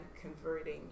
converting